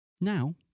Now